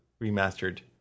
remastered